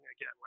again